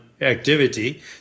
activity